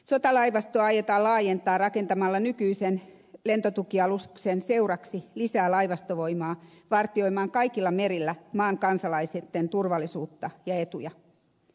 sotalaivastoa aiotaan laajentaa rakentamalla nykyisen lentotukialuksen seuraksi lisää laivastovoimaa vartioimaan kaikilla merillä maan kansalaisten turvallisuutta ja etuja